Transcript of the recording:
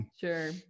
sure